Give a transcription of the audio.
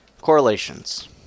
correlations